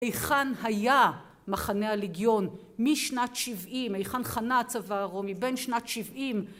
היכן היה מחנה הליגיון משנת 70', היכן חנה הצבא הרומי בין שנת 70'...